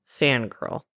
fangirl